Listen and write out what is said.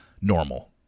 normal